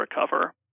recover